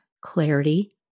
clarity